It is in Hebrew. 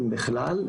אם בכלל,